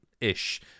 ish